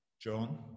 John